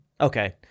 Okay